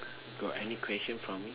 got any question for me